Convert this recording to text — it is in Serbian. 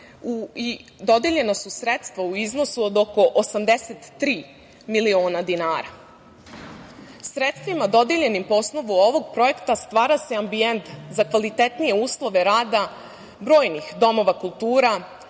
i dodeljena su sredstva u iznosu od oko 83 miliona dinara. Sredstvima dodeljenim po osnovu ovog projekta stvara se ambijent za kvalitetnije uslove rada brojnih domova kulture,